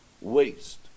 waste